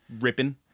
ripping